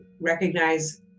recognize